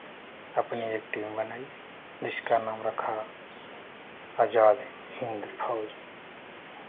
अपनी एक टीम बनाई जिसका नाम रखा आज़ाद हिन्द फ़ौज